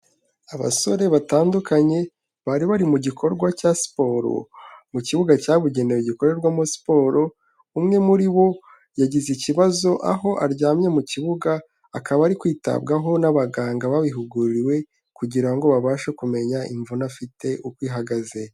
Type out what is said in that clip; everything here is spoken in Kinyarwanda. Abasore batandukanye bari bari mu gikorwa cya siporo mu kibuga cyabugenewe gikorerwamo siporo, umwe muri bo yagize ikibazo aho aryamye mu kibuga, akaba ari kwitabwaho n'abaganga babihuguriwe kugira ngo babashe kumenya imvune afite uko ihagaze.